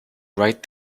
right